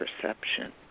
perception